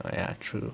orh ya true